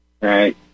Right